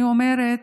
אני אומרת,